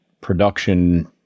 production